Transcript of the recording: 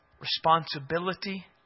responsibility